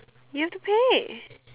you have to pay